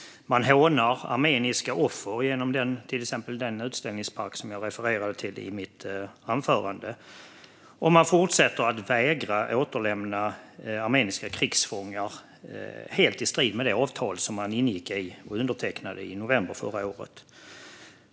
Man hånar armeniska offer, till exempel genom den utställningspark som jag refererade till i mitt anförande. Man fortsätter också att vägra återlämna armeniska krigsfångar - helt i strid med det avtal som man ingick och undertecknade i november förra året.